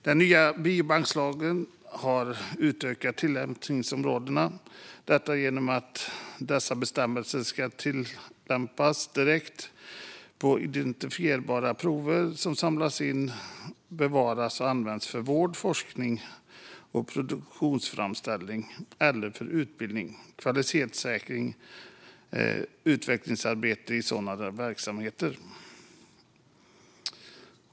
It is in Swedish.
Den nya biobankslagen har ett utökat tillämpningsområde genom att dessa bestämmelser ska tillämpas direkt på identifierbara prover som samlas in, bevaras och används för vård, forskning och produktframställning eller för utbildning, kvalitetssäkring och utvecklingsarbete i sådana verksamheter.